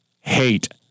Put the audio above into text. hate